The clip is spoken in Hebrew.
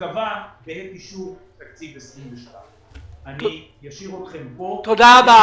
תיקבע בעת אישור תקציב 2022. תודה רבה.